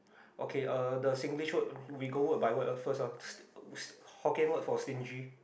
okay uh the Singlish word we go word by word uh first ah hokkien word for stingy